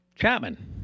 Chapman